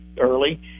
Early